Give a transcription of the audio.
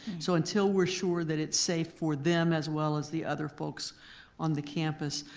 so until we're sure that it's safe for them as well as the other folks on the campus,